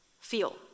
feel